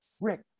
Rick